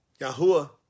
yahuwah